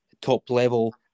top-level